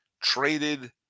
traded